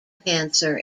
cancer